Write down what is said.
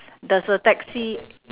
does the taxi